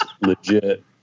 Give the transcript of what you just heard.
legit